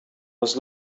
was